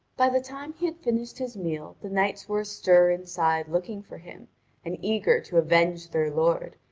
by the time he had finished his meal the knights were astir inside looking for him and eager to avenge their lord,